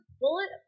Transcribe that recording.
bullet